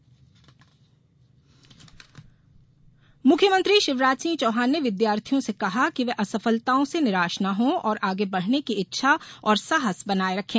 छू लेंगे आसमां मुख्यमंत्री शिवराज सिंह चौहान ने विद्यार्थियों से कहा कि वे असफलताओं से निराश न हों और आगे बढ़ने की इच्छा और साहस बनाये रखें